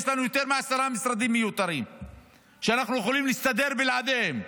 יש לנו יותר מעשרה משרדים מיותרים שאנחנו יכולים להסתדר בלעדיהם,